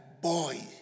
boy